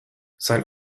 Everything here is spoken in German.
sein